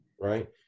right